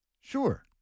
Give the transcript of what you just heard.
sure